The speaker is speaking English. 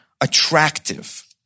attractive